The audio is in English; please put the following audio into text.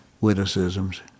witticisms